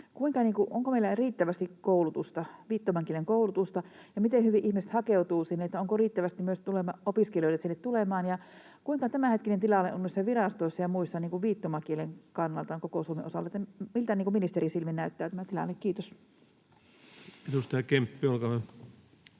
onko meillä riittävästi viittomakielen koulutusta? Ja miten hyvin ihmiset hakeutuvat sinne, onko riittävästi myös opiskelijoita sinne tulemaan? Ja millainen tämänhetkinen tilanne on näissä virastoissa ja muissa viittomakielen kannalta koko Suomen osalta? Miltä ministerin silmin näyttää tämä tilanne? — Kiitos. Edustaja Kemppi, olkaa